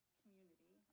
community